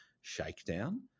Shakedown